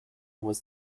was